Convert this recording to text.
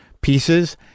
pieces